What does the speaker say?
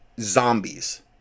zombies